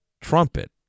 trumpet